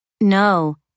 No